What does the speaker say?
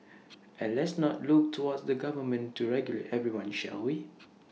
and let's not look towards the government to regulate everyone shall we